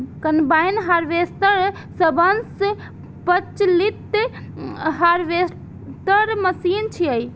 combine harvester सबसं प्रचलित harvester machine छियै